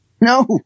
no